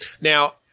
Now